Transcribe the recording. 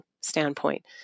standpoint